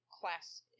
class